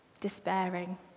despairing